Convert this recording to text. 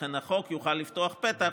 לכן החוק יוכל לפתוח פתח